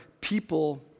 people